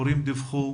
הורים דיווחו